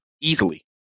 easily